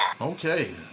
Okay